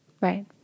Right